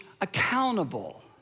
accountable